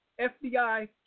FBI